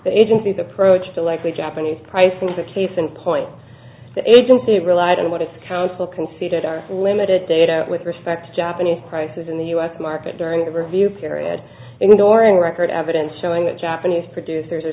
the agency's approach to likely japanese pricing is a case in point the agency relied on what its counsel conceded are limited data with respect to japanese prices in the u s market during the review period ignoring record evidence showing that japanese producers are